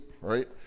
right